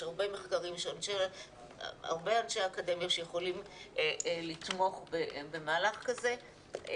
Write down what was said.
יש הרבה מחקרים והרבה אנשי אקדמיה שיכולים לתמוך במהלך כזה.